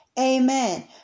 Amen